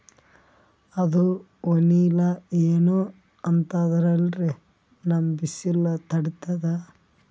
ಅದು ವನಿಲಾ ಏನೋ ಅಂತಾರಲ್ರೀ, ನಮ್ ಬಿಸಿಲ ತಡೀತದಾ?